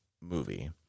movie